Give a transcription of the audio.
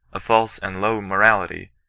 a false and low morality,